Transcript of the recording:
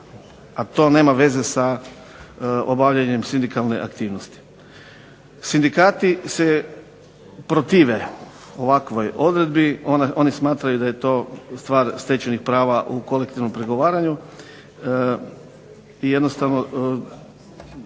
a to nema veze sa obavljanjem sindikalne aktivnosti. Sindikati se protive ovakvoj odredbi. Oni smatraju da je to stvar stečenih prava u kolektivnom pregovaranju. I jednostavno